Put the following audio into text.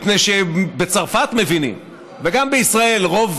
מפני שבצרפת מבינים, וגם בישראל רוב